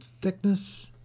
thickness